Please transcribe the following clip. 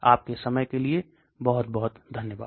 आपके समय के लिए बहुत बहुत धन्यवाद